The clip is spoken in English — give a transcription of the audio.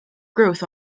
growth